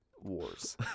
Wars